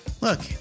Look